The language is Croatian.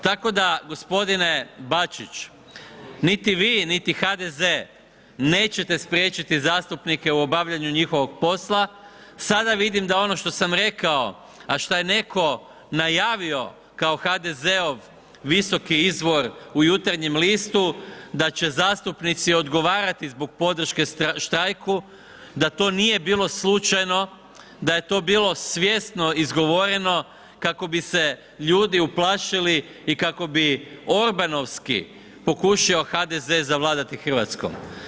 Tako da gospodine Bačić, niti vi, niti HDZ nećete spriječiti zastupnike u obavljanju njihovog posla, sada vidim da ono što sam rekao, a šta je netko najavio kao HDZ-ov visoki izvor u Jutarnjem listu, da će zastupnici odgovarati zbog podrške štrajku, da to nije bilo slučajno, da je to bilo svjesno izgovoreno kako bi se ljudi uplašili i kako bi orbanovski pokušao HDZ zavladati Hrvatskom.